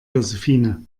josephine